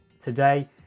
today